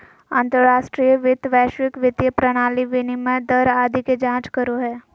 अंतर्राष्ट्रीय वित्त वैश्विक वित्तीय प्रणाली, विनिमय दर आदि के जांच करो हय